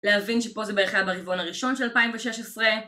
להבין שפה זה בערך היה בריבעון הראשון של 2016